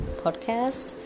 podcast